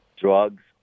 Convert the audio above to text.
drugs